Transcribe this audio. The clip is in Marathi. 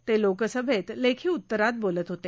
ते लोकसभेत लेखी उत्तरात बोलत होते